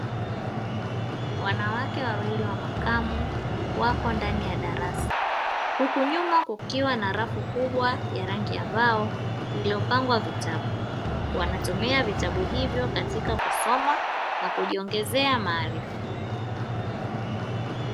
Wanawake wawili wa makamo wako ndani ya darasa, huku nyuma kukiwa na rafu kubwa ya rangi ya mbao iliyopangwa vitabu. Wanatumia vitabu hivyo katika kusoma na kujiongezea maarifa.